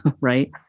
right